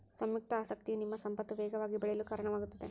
ಸಂಯುಕ್ತ ಆಸಕ್ತಿಯು ನಿಮ್ಮ ಸಂಪತ್ತು ವೇಗವಾಗಿ ಬೆಳೆಯಲು ಕಾರಣವಾಗುತ್ತದೆ